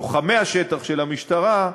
לוחמי השטח של המשטרה,